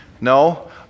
no